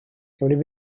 gawn